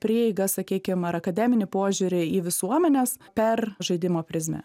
prieiga sakykime akademinį požiūrį į visuomenes per žaidimo prizmę